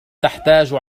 تحتاج